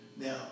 Now